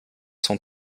sont